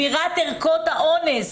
ערכות האונס.